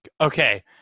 Okay